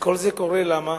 כל זה קורה למה?